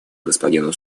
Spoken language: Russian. господину